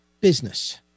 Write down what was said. business